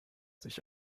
sich